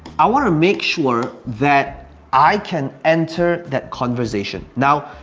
i wanna make sure that i can enter that conversation now.